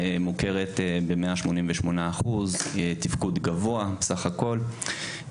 מוכרת ב-188% תפקוד גבוה סך הכול.